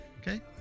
Okay